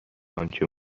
آنچه